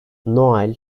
noel